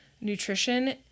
Nutrition